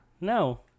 no